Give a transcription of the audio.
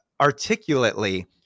articulately